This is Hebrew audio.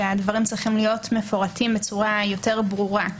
שהדברים צריכים להיות מפורטים בצורה יותר ברורה,